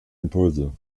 impulse